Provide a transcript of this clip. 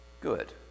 Good